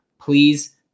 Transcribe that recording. Please